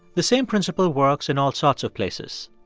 the same principle works in all sorts of places.